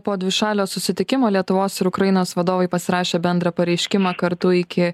po dvišalio susitikimo lietuvos ir ukrainos vadovai pasirašė bendrą pareiškimą kartu iki